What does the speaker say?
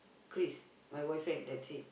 Chris my boyfriend that's it